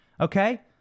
okay